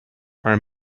are